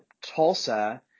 Tulsa